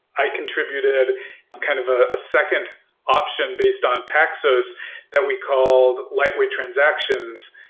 i contributed kind of a second option based on paxos that we call lightweight transactions.